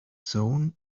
zone